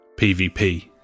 PvP